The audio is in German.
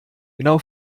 genau